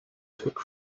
took